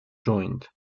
joined